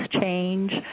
change